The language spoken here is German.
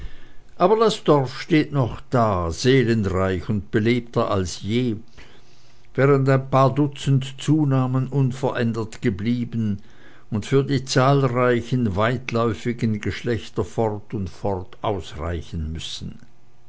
aber das dorf steht noch da seelenreich und belebter als je während ein paar dutzend zunamen unverändert geblieben und für die zahlreichen weitläufigen geschlechter fort und fort ausreichen müssen